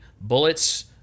bullets